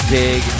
big